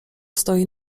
stoi